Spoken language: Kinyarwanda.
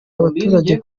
abaturage